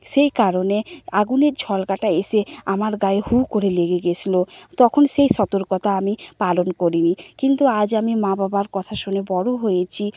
সেই কারণে আগুনের ঝলকাটা এসে আমার গায়ে হু করে লেগে গেছিল তখন সেই সতর্কতা আমি পালন করিনি কিন্তু আজ আমি মা বাবার কথা শুনে বড় হয়েছি